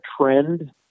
trend